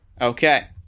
okay